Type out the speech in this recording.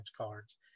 cards